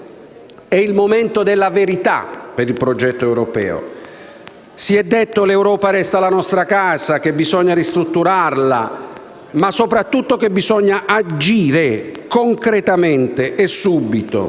è il momento della verità per il progetto europeo. Si è detto che l'Europa resta la nostra casa, che bisogna ristrutturarla, ma soprattutto che bisogna agire concretamente e subito.